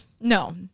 No